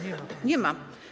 Nie ma.